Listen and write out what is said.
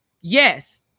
Yes